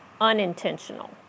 unintentional